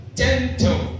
gentle